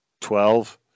twelve